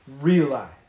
Realize